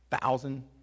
thousand